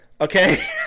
okay